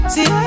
See